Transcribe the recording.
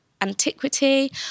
antiquity